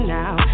now